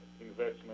investment